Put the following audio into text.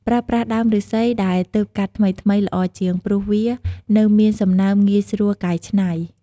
ប្រើប្រាស់ដើមឫស្សីដែលទើបកាត់ថ្មីៗល្អជាង ព្រោះវានៅមានសំណើមងាយស្រួលកែច្នៃ។